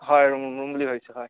হয় ৰুম বুলি ভাবিছোঁ হয়